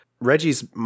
Reggie's